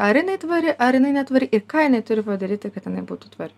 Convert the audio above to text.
ar jinai tvari ar jinai netvari ir ką jinai turi padaryti jinai būtų tvari